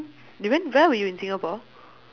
you mean while you were in singapore